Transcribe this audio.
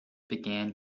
began